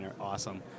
awesome